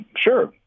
sure